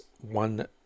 one